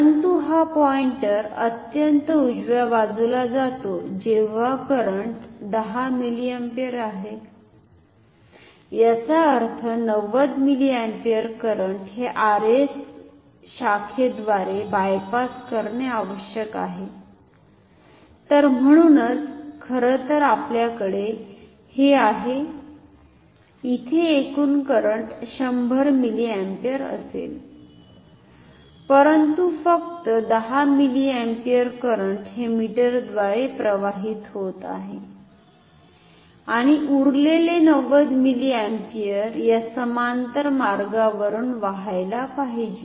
परंतु हा पॉईंटर अत्यंत उजव्या बाजूला जातो जेव्हा करंट 10 मिलीअँपिअर आहे याचा अर्थ 90 मिलीअँपिअर करंट हे Rs शाखेद्वारे बायपास करणे आवश्यक आहे तर म्हणूनच खरंतर आपल्याकडे हे आहे इथे एकुण करंट 100 मिलीअँपिअर असेल परंतु फक्त 10 मिलीअँपिअर करंट हे मीटरद्वारे प्रवाहित होत आहे आणि उरलेले 90 मिलीअँपिअर या समांतर मार्गावरून वाहायला पाहिजे